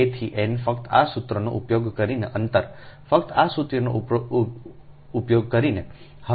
a થી n ફક્ત આ સૂત્રનો ઉપયોગ કરીને અંતરફક્ત આ સૂત્રનો ઉપયોગ કરીને